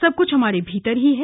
सब कुछ हमारे भीतर ही है